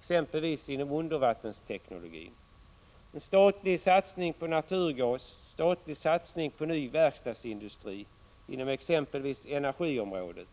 exempelvis inom undervattensteknologin, statlig satsning på naturgas, statlig satsning på ny verkstadsindustri, exempelvis inom energiområdet.